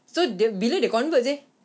so dia bila dia convert seh